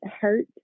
hurt